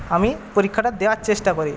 আমি পরীক্ষাটা দেওয়ার চেষ্টা করি